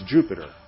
Jupiter